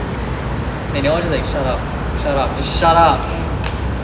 then they all were like just shut up shut up just shut up